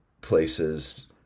places